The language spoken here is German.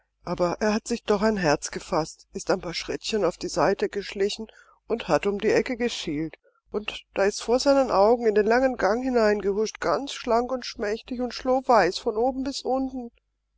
aber er hat sich doch ein herz gefaßt ist ein paar schrittchen auf die seite geschlichen und hat um die ecke geschielt und da ist's vor seinen augen in den langen gang hingehuscht ganz schlank und schmächtig und schlohweiß von oben bis unten